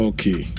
Okay